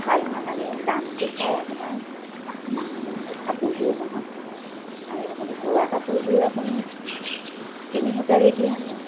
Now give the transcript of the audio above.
ভাল নালাগে দামটো চাই আপোনাৰ কাপোৰযোৰ নহয় আৰু আপুনি বোৱা কাপোৰযোৰ আপুনি তিনি হেজাৰেই দি আনক